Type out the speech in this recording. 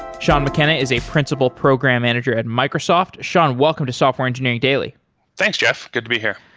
sean mckenna is a principal program manager at microsoft. sean, welcome to software engineering daily thanks, jeff. good to be here.